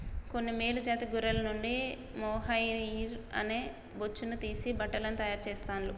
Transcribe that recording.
కొన్ని మేలు జాతి గొర్రెల నుండి మొహైయిర్ అనే బొచ్చును తీసి బట్టలను తాయారు చెస్తాండ్లు